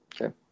Okay